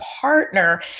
partner